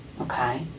okay